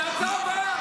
זו ההצעה הבאה.